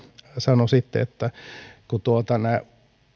sanoi sitten että mitä jos se kun